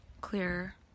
clearer